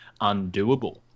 undoable